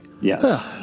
Yes